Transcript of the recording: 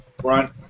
front